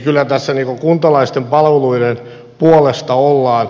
kyllä tässä kuntalaisten palveluiden puolesta ollaan